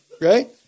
right